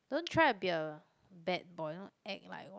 don't try be a bad boy you don't act like one